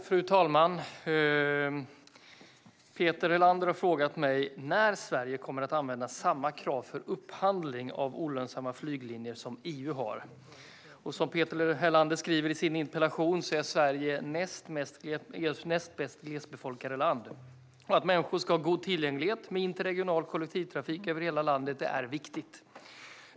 Fru talman! Peter Helander har frågat mig när Sverige kommer att använda samma krav för upphandling av olönsamma flyglinjer som EU har. Som Peter Helander skriver i sin interpellation är Sverige EU:s näst mest glesbefolkade land. Att människor ska ha god tillgänglighet till interregional kollektivtrafik över hela landet är viktigt.